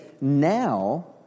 now